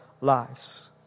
lives